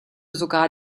sogar